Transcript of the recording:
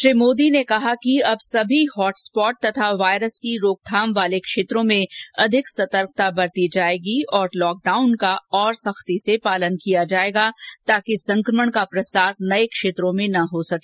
श्री मोदी ने कहा कि अब सभी हॉट स्पॉट तथा वायरस की रोकथाम वाले क्षेत्रों में अधिक सतर्कता बरती जायेगी तथा लॉकडाउन का और सख्ती से पालन किया जायेगा ताकि संक्रमण का प्रसार नये क्षेत्रों में न हो सके